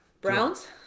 browns